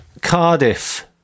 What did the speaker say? Cardiff